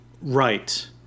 Right